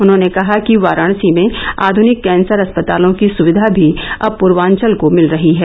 उन्होंने कहा कि वाराणसी में आधुनिक कैंसर अस्पतालों की सुविधा भी अब पूर्वांचल को मिल रही है